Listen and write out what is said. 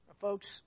Folks